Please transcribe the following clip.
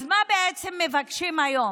אז מה בעצם מבקשים היום?